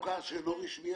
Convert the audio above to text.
מוכר שאינו רשמי.